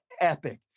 epic